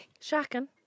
Shocking